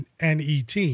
net